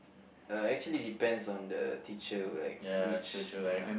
uh actually depends on the teacher like which ya